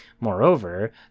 Moreover